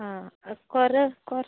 ആ കുറേ കൊർ